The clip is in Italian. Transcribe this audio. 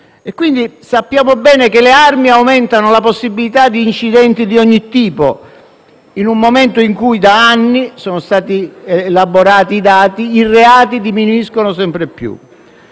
Sappiamo bene che le armi aumentano la possibilità di incidenti di ogni tipo, in un momento in cui da anni - sono stati elaborati i dati - i reati diminuiscono sempre più.